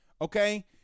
okay